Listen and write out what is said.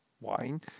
wine